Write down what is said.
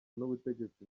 n’ubutegetsi